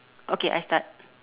okay I start